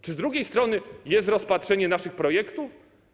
Czy z drugiej strony jest rozpatrzenie naszych projektów?